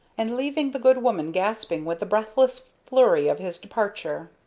and leaving the good woman gasping with the breathless flurry of his departure.